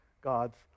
God's